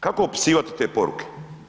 Kako opisivati te poruke?